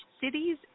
cities